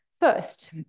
First